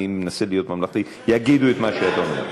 אני מנסה להיות ממלכתי, יגידו את מה שאתה אומר.